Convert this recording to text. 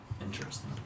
Interesting